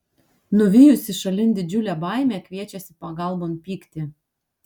nuvijusi šalin didžiulę baimę kviečiasi pagalbon pyktį